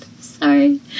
Sorry